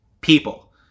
People